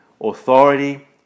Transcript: authority